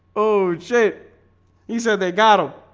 oh shit he said they got him